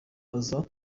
aza